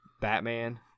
Batman